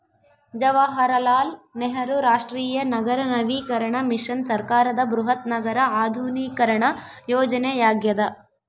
ಜವಾಹರಲಾಲ್ ನೆಹರು ರಾಷ್ಟ್ರೀಯ ನಗರ ನವೀಕರಣ ಮಿಷನ್ ಸರ್ಕಾರದ ಬೃಹತ್ ನಗರ ಆಧುನೀಕರಣ ಯೋಜನೆಯಾಗ್ಯದ